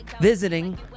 visiting